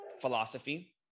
philosophy